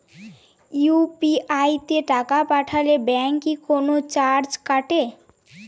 UPI তে টাকা পাঠালে ব্যাংক কি কোনো চার্জ কাটে?